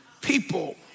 people